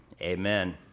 Amen